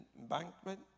embankment